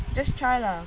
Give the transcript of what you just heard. just try lah